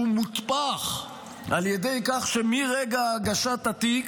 הוא מותפח על ידי כך שמרגע הגשת התיק